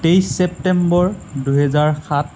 তেইছ চেপ্তেম্বৰ দুহেজাৰ সাত